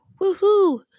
Woohoo